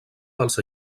dels